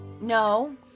No